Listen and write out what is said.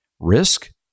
Risk